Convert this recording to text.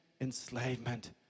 enslavement